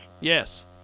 Yes